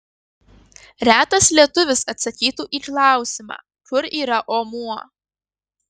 retas lietuvis atsakytų į klausimą kur yra omuo